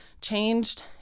changed